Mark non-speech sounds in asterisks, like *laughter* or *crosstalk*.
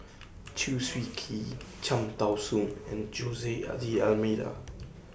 Chew Swee Kee Cham Tao Soon and Jose *hesitation* D'almeida